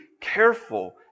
careful